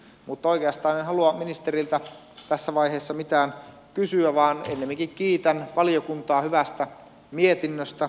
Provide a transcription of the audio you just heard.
mutta oikeastaan en halua ministeriltä tässä vaiheessa mitään kysyä vaan ennemminkin kiitän valiokuntaa hyvästä mietinnöstä